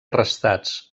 arrestats